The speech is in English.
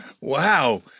Wow